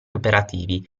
operativi